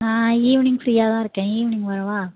நான் ஈவினிங் ஃபிரீயாகதான் இருக்கேன் ஈவினிங் வரவா